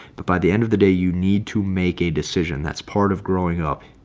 but by the end of the day you need to make a decision that's part of growing up.